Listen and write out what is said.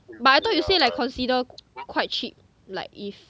but I thought you say like consider quite cheap like if